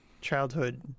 childhood